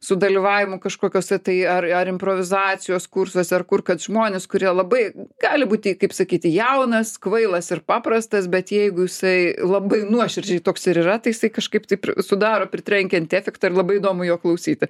sudalyvavimų kažkokiuose tai ar ar improvizacijos kursuose ar kur kad žmonės kurie labai gali būti kaip sakyti jaunas kvailas ir paprastas bet jeigu jisai labai nuoširdžiai toks ir yra tai jisai kažkaip taip sudaro pritrenkiantį efektą ir labai įdomu jo klausyti